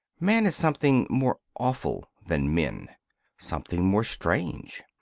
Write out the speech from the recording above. man is something more awful than men something more strange.